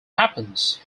happens